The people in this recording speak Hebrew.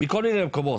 מכל מיני מקומות,